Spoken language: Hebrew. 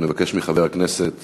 אנחנו נבקש מחבר הכנסת